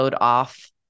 off